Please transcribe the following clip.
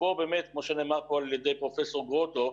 ופה באמת כמו שנאמר פה על ידי פרופ' גרוטו,